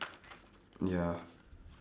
ya